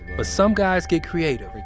but some guys get creative,